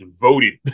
voted